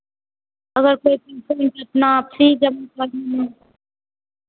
अगर कोई पेसेन्ट उतना फी जमा करने